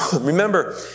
Remember